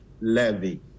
levy